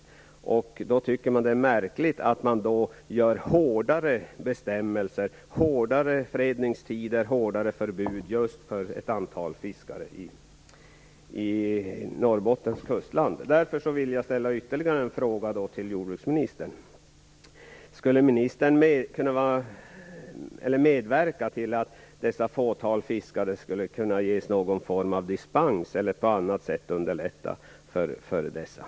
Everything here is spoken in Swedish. Då tycker jag att det är märkligt att man inför hårdare bestämmelser, hårdare fredningstider och hårdare förbud just för ett antal fiskare i Norrbottens kustland. Därför vill jag ställa ytterligare en fråga till jordbruksministern. Skulle ministern kunna medverka till att detta fåtal fiskare skulle kunna ges någon form av dispens eller att på annat sätt underlätta för dem?